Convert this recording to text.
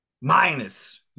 minus